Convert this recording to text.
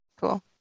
cool